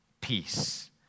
peace